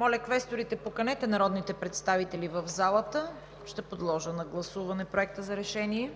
Моля, квесторите, поканете народните представители в залата. Ще подложа на гласуване Проект на решение